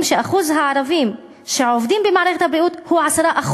שאחוז הערבים שעובדים במערכת הבריאות הוא 10%,